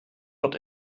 wird